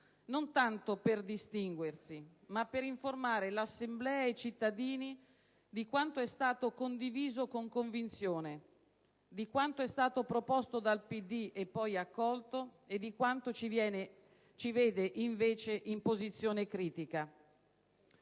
non tanto per distinguersi, ma per informare l'Assemblea e i cittadini di quanto è stato condiviso con convinzione, di quanto è stato proposto dal Partito Democratico e poi accolto e di quanto invece ci vede in posizione critica.